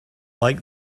like